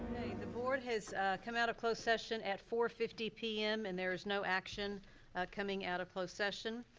the board has come out of closed session at four fifty pm and there is no action coming out of closed session.